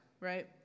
right